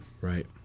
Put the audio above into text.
Right